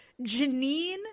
Janine